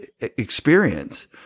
experience